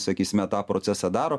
sakysime tą procesą daro